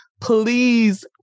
please